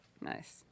Nice